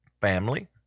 family